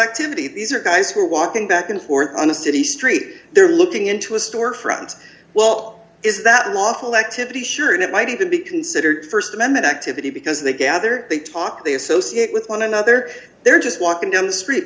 activity these are guys who are walking back and forth on a city street they're looking into a store front well is that lawful activity sure and it might even be considered st amendment activity because they gather they talk they associate with one another they're just walking down the street